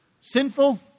sinful